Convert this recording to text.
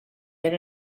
been